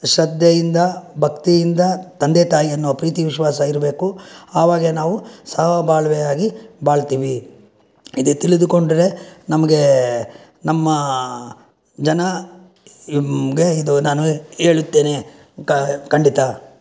ಶ್ರದ್ಧೆಯಿಂದ ಭಕ್ತಿಯಿಂದ ತಂದೆ ತಾಯಿ ಅನ್ನೋ ಪ್ರೀತಿ ವಿಶ್ವಾಸ ಇರಬೇಕು ಆವಾಗೇ ನಾವು ಸಹಬಾಳ್ವೆಯಾಗಿ ಬಾಳ್ತೀವಿ ಇದೇ ತಿಳಿದುಕೊಂಡರೆ ನಮಗೆ ನಮ್ಮ ಜನ ನಿಮಗೆ ಇದು ನಾನು ಹೇಳುತ್ತೇನೆ ಖಂಡಿತ